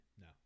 No